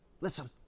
Listen